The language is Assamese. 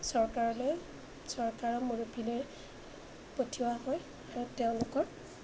চৰকাৰলৈ চৰকাৰৰ মুৰব্বীলৈ পঠিওৱা হয় আৰু তেওঁলোকৰ